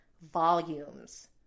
volumes